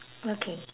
okay